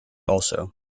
also